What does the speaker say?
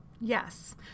Yes